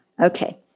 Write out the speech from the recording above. Okay